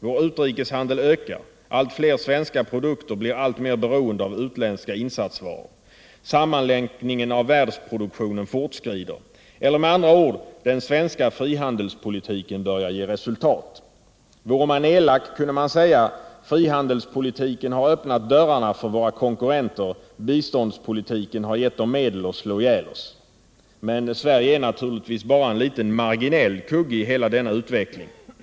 Vår utrikeshandel ökar, allt fler svenska produkter blir alltmer beroende av utländska insatsvaror. Sammanlänkningen av världsproduktionen fortskrider, eller med andra ord: Den svenska frihandelspolitiken börjar ge resultat. Vore man elak kunde man säga: Frihandelspolitiken har öppnat dörrarna för våra konkurrenter, biståndspolitiken har gett dem medel att slå ihjäl oss. Sverige är naturligtvis bara en liten marginell kugge i hela denna utveckling.